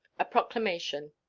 a proclamation.